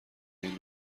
این